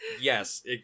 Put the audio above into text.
Yes